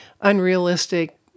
unrealistic